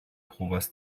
povas